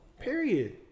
Period